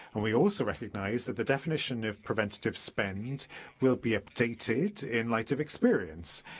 and we also recognise that the definition of preventative spend will be updated in light of experience,